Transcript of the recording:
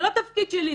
זה לא התפקיד שלי,